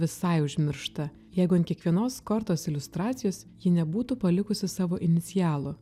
visai užmiršta jeigu ant kiekvienos kortos iliustracijos ji nebūtų palikusi savo inicialų